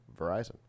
Verizon